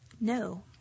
No